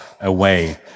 away